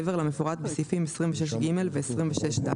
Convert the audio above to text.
מעבר למפורט בסעיפים 26ג ו־26ד.